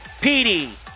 Petey